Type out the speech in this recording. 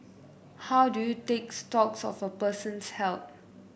how do you take stocks of a person's health